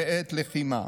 בעת לחימה,